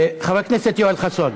חבר הכנסת יואל חסון.